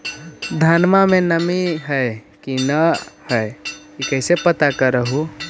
धनमा मे नमी है की न ई कैसे पात्र कर हू?